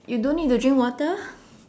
you don't need to drink water